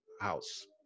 house